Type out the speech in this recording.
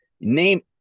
name